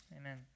Amen